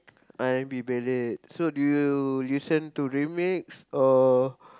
R-and-B ballad so do you listen to remix or